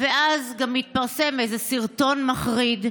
ואז גם מתפרסם איזה סרטון מחריד,